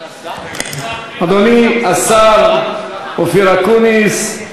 אדוני השר אופיר אקוניס.